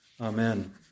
Amen